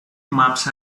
maps